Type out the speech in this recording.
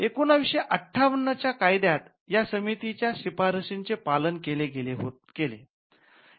१९५८च्या कायद्यात या समितीच्या शिफारशींचे पालन केले गेले